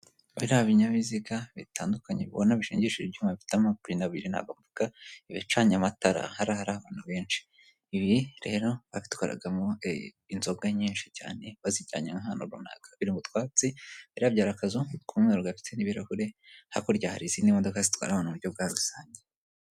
Biriya binyabiziga bitandukanye bibona bishinshije ibyuma bifitemo pinabiri naabavuga ibicanye amatara hara hari abantu benshi, ibi rero babitwaragamo inzoga nyinshi cyane bazijyanye ahantuo runaka biri mutwatsi birabyara akazu mu twumweru gafite n'ibirahuri hakurya hari izindi modoka zitwara mu buryo bwa rusange.